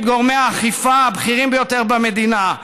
גורמי האכיפה הבכירים ביותר במדינה,